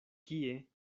kie